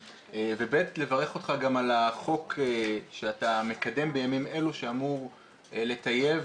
ולברך אותך גם על החוק שאתה מקדם בימים אלו שאמור לטייב